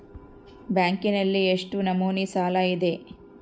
ಬ್ಯಾಂಕಿನಲ್ಲಿ ಎಷ್ಟು ನಮೂನೆ ಸಾಲ ಇದೆ?